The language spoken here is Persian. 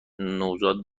نوزاد